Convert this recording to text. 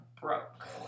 broke